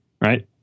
right